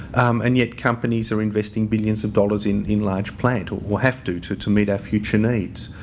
and yet companies are investing billions of dollars in in large plant or have to, to to meet our future needs.